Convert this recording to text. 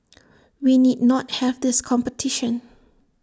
we need not have this competition